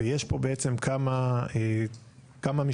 זאת דוגמה מצוינת.